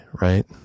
right